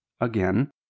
Again